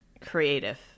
Creative